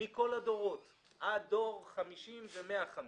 מכל הדורות, עד דור 50 ו-150.